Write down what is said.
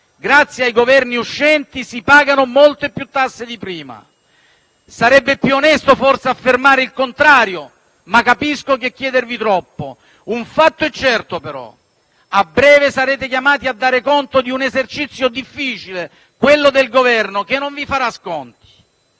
causa dei Governi uscenti, si pagano molte più tasse di prima. Forse sarebbe più onesto affermare il contrario, ma capisco che è chiedervi troppo. Un fatto è certo però: a breve sarete chiamati a dare conto di un esercizio difficile, quello del Governo, che non vi farà sconti.